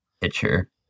pitcher